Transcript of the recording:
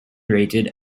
rated